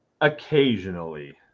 Occasionally